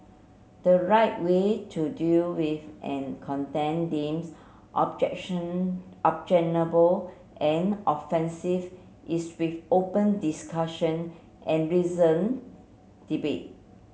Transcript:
the right way to deal with any content deems objection objectionable and offensive is with open discussion and reasoned debate